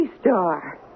star